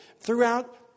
throughout